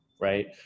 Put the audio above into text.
right